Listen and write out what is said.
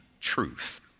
truth